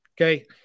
Okay